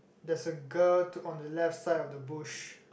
there's a girl on the left side of the bush